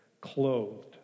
clothed